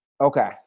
Okay